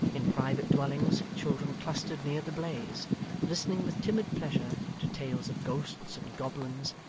in private dwellings, children clustered near the blaze listening with timid pleasure to tales of ghosts and goblins,